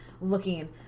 looking